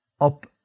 up